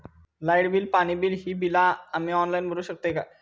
Light bill, पाणी bill, ही बिला आम्ही ऑनलाइन भरू शकतय का?